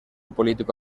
político